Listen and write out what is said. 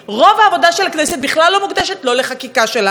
רוב העבודה של הכנסת בכלל לא מוקדשת לא לחקיקה שלה,